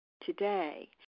today